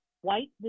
white